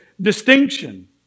distinction